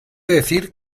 decir